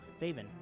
Faven